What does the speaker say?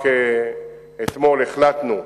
רק אתמול החלטנו,